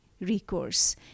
recourse